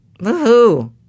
Woohoo